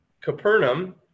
Capernaum